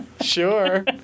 Sure